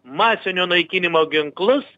masinio naikinimo ginklus